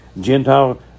Gentile